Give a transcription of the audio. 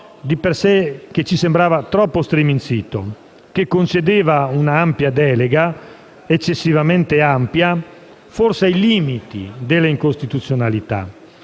di per sé troppo striminzito, che concedeva una delega eccessivamente ampia, forse ai limiti della incostituzionalità.